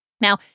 Now